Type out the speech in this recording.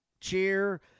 cheer